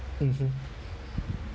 mmhmm